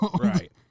Right